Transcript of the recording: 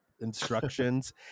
instructions